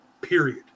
period